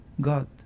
God